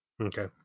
Okay